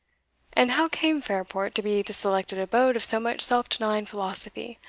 and how came fairport to be the selected abode of so much self-denying philosophy?